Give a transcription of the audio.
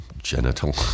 genital